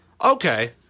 okay